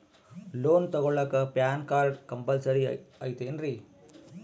Loan ತೊಗೊಳ್ಳಾಕ PAN card compulsory ಐಯ್ತೇನ್ರಿ?